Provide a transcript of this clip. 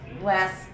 Last